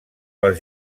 les